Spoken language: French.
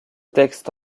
texte